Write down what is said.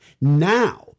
Now